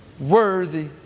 worthy